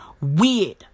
weird